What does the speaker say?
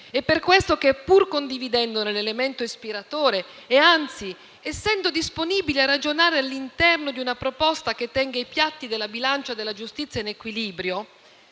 È per questo che, pur condividendone l'elemento ispiratore e anzi essendo disponibili a ragionare all'interno di una proposta che tenga i piatti della bilancia della giustizia in equilibrio